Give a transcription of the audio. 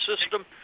system